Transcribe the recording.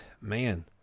Man